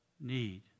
need